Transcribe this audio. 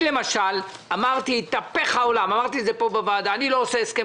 למשל, אמרתי פה בוועדה שאני לא עושה הסכם